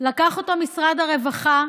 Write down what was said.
לקח אותו משרד הרווחה,